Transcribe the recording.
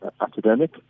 academic